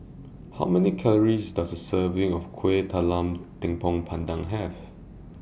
How Many Calories Does A Serving of Kueh Talam Tepong Pandan Have